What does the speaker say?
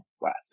west